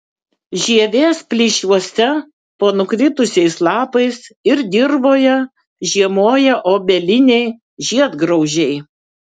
žievės plyšiuose po nukritusiais lapais ir dirvoje žiemoja obeliniai žiedgraužiai